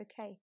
okay